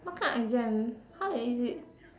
what kind of exam how can you do it